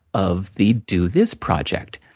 of the do this project.